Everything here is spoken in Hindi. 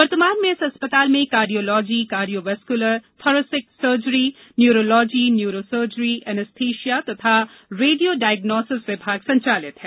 वर्तमान में इस अस्पताल में cardiology cardio vascular thoracic surgery neurology neuro surgery anaesthesia तथा रेडियो डायग्नोसिस विभाग संचालित हैं